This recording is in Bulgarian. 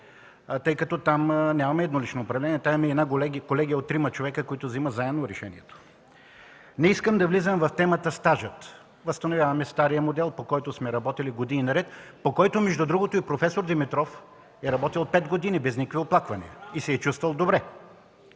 тъй като там нямаме еднолично управление, там имаме колегия от трима човека, които заедно взимат решението. Не искам да влизам в темата „стажът” – възстановяваме стария модел, по който сме работили години наред, по който, между другото, и проф. Димитров е работил пет години без никакви оплаквания и се е чувствал добре.